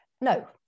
No